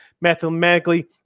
mathematically